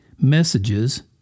messages